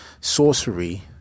sorcery